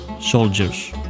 soldiers